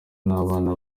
n’abana